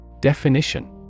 Definition